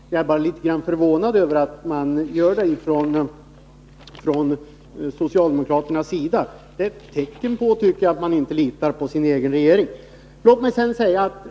Jag är bara litet förvånad över att socialdemokraterna har denna inställning. Det är ett tecken, tycker jag, på att man inte litar på sin egen regering.